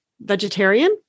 vegetarian